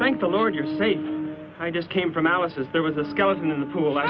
thank the lord you're safe i just came from alice says there was a skeleton in the pool